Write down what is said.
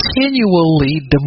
continually